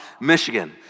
Michigan